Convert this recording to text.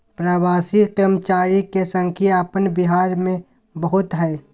प्रवासी कर्मचारी के संख्या अपन बिहार में बहुत हइ